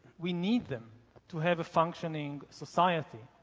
we need them to have a functioning society.